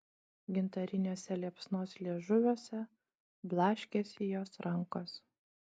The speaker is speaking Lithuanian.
gintariniuose liepsnos liežuviuose blaškėsi jos rankos